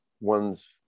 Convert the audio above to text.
one's